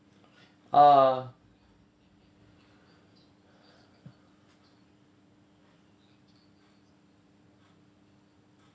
ah